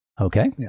Okay